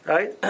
Right